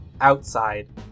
outside